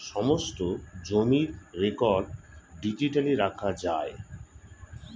সমস্ত জমির record digitally রাখা যায়